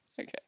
Okay